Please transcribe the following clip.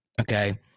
Okay